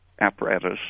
apparatus